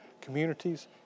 communities